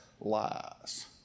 lies